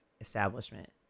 establishment